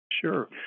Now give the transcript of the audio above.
Sure